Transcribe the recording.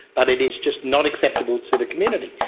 but it is just not acceptable to the community.